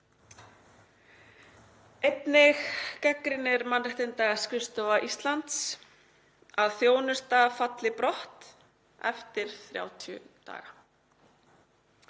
Einnig gagnrýnir Mannréttindaskrifstofa Íslands að þjónusta falli brott eftir 30 daga.